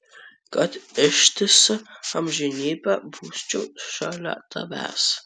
kad ištisą amžinybę busčiau šalia tavęs